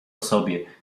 osobie